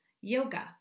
yoga